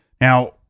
Now